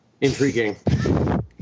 Intriguing